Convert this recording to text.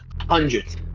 hundreds